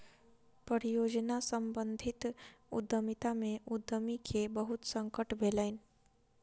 परियोजना सम्बंधित उद्यमिता में उद्यमी के बहुत संकट भेलैन